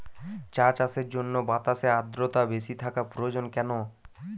চা চাষের জন্য বাতাসে আর্দ্রতা বেশি থাকা প্রয়োজন কেন?